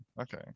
okay